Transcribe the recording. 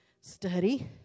study